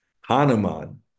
Hanuman